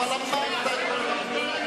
אבל אמרת את דבריך.